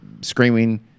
screaming